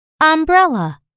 umbrella